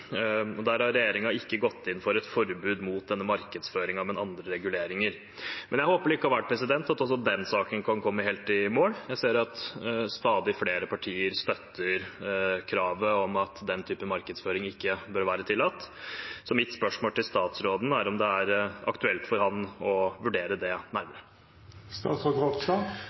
kirurgi. Der har regjeringen ikke gått inn for et forbud mot denne markedsføringen, men andre reguleringer. Jeg håper likevel at også den saken kan komme helt i mål. Jeg ser at stadig flere partier støtter kravet om at den typen markedsføring ikke bør være tillatt. Så mitt spørsmål til statsråden er om det er aktuelt for ham å vurdere det